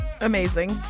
Amazing